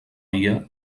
via